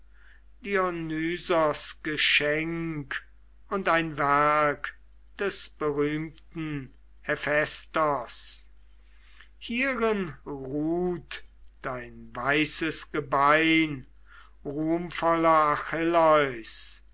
geschenk und ein werk des berühmten hephaistos hierin ruht dein weißes gebein ruhmvoller